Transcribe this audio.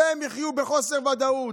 שהם יחיו בחוסר ודאות,